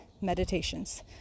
meditations